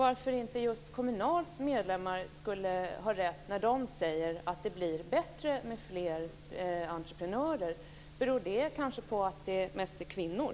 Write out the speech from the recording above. Varför skulle inte Kommunals medlemmar ha rätt när de säger att det blir bättre med fler entreprenörer? Beror det på att det är mest kvinnor?